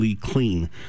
clean